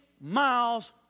miles